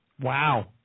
Wow